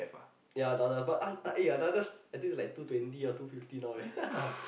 ya ananas but eh ananas I think is like two twenty or two fifty now leh